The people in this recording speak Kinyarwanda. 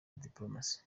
dipolomasi